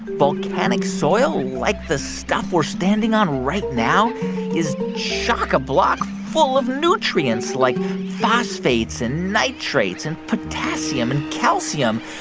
volcanic soil like the stuff we're standing on right now is chock-a-block full of nutrients like phosphates and nitrates and potassium and calcium,